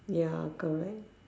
ya correct